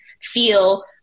feel